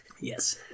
Yes